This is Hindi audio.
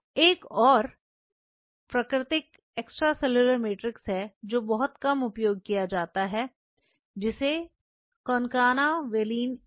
एक और प्राकृतिक एक्स्ट्रासेल्युलर मैट्रिक्स है जो बहुत कम उपयोग किया जाता है जिसे कॉनकाना वेलिन ए